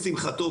לשמחתו,